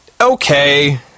Okay